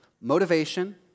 Motivation